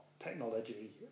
technology